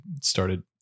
started